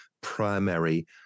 primary